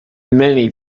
many